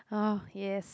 orh yes